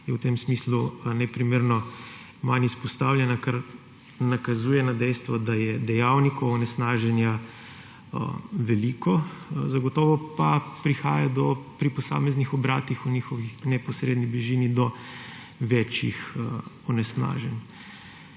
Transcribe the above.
je v tem smislu neprimerno manj izpostavljena, kar nakazuje na dejstvo, da je dejavnikov onesnaženja veliko, zagotovo pa prihaja pri posameznih obratih v njihovi neposredni bližini do večjih onesnaženj.